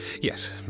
Yes